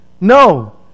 No